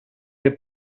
che